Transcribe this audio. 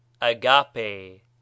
agape